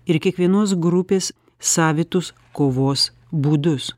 ir kiekvienos grupės savitus kovos būdus